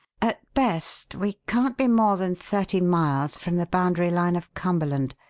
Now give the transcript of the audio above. at best, we can't be more than thirty miles from the boundary line of cumberland.